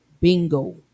Bingo